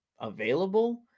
available